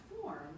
form